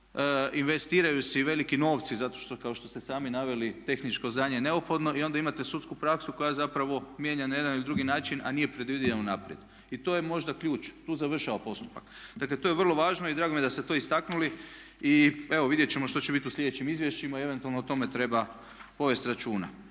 investiraju se i veliki novci zato što kao što ste sami naveli tehničko znanje neophodno i onda imate sudsku praksu koja zapravo mijenja na jedna ili drugi način a nije predvidljiva unaprijed. I to je možda ključ, tu završava postupak. Dakle to je vrlo važno i drago mi je da ste to istaknuli. I evo vidjet ćemo što će biti u slijedećim izvješćima i eventualno o tome treba povesti računa.